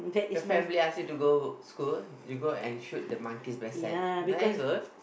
your family ask you to go school you go and shoot the monkey's backside very good